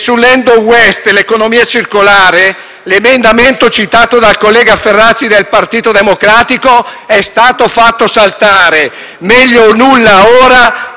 l'emendamento citato dal collega Ferrazzi del Partito Democratico è stato fatto saltare: meglio nulla ora, che una norma dannosa che avrebbe fatto